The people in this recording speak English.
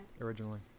Originally